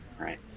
right